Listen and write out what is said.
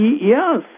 Yes